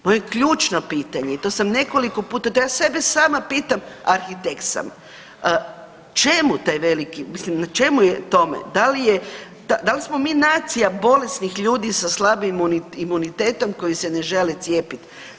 Moje ključno pitanje i to sam nekoliko puta, to ja sebe sama pitam, arhitekt sam, čemu taj veliki, mislim na čemu je tome, da li, da li smo mi nacija bolesnih ljudi sa slabim imunitetom koji se ne žele cijepiti?